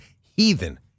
heathen